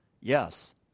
Yes